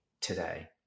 today